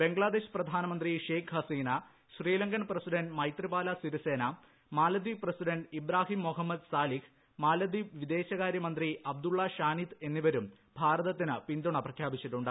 ബംഗ്ലാദേശ് പ്രധാനമന്ത്രി ഷേയ്ക് ഹസീന ശ്രീലങ്കൻ പ്രസിഡന്റ് മൈത്രിപാല സിരിസേന മാലദ്വീപ് പ്രസിഡന്റ് ഇബ്രാഹിം മുഹമ്മദ് സാലിഹ് മാലദ്വീപ് വിദേശകാര്യമന്ത്രി അബ്ദുള്ള ഷാനിദ് എന്നിവരും ഭാരതത്തിന് പിന്തുണ പ്രഖ്യാപിച്ചിട്ടുണ്ട്